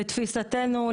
לתפיסתנו,